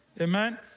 Amen